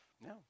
No